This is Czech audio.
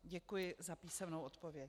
Děkuji za písemnou odpověď.